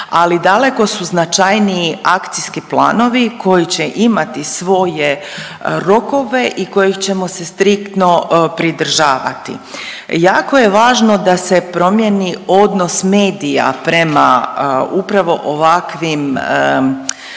Ali daleko su značajniji akcijski planovi koji će imati svoje rokove i kojih ćemo se striktno pridržavati. Jako je važno da se promijeni odnos medija prema upravo ovakvim,